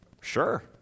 Sure